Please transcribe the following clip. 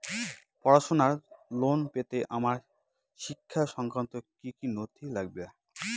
পড়াশুনোর লোন পেতে আমার শিক্ষা সংক্রান্ত কি কি নথি লাগবে?